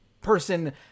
person